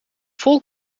vol